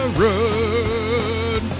run